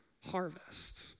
harvest